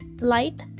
light